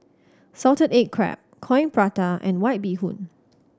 salted egg crab Coin Prata and White Bee Hoon